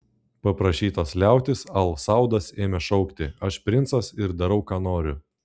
paprašytas liautis al saudas ėmė šaukti aš princas ir darau ką noriu